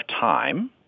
time